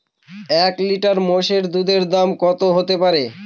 এক লিটার মোষের দুধের দাম কত হতেপারে?